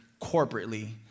corporately